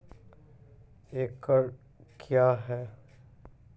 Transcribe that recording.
एकड कया हैं?